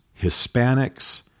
Hispanics